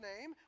name